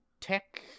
tech